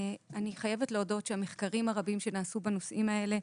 אני חייבת להודות שהמחקרים הרבים שנעשו בנושאים האלה,